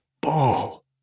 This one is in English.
ball